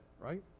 right